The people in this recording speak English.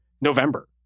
November